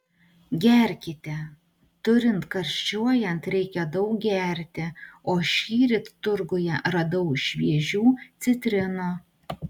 gerkite turint karščiuojant reikia daug gerti o šįryt turguje radau šviežių citrinų